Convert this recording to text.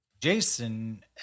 jason